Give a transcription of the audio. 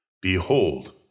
Behold